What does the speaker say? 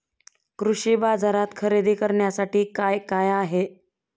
कृषी बाजारात खरेदी करण्यासाठी काय काय आहे?